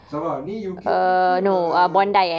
sabar ni U_K trip ke err